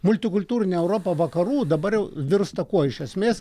multikultūrinė europa vakarų dabar jau virsta kuo iš esmės